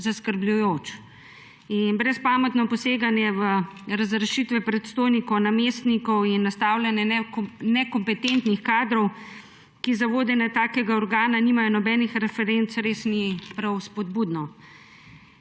zaskrbljujoče. Brezpametno poseganje v razrešitve predstojnikov, namestnikov in nastavljanje nekompetentnih kadrov, ki za vodenje takega organa nimajo nobenih referenc, res ni prav spodbudno.